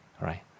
right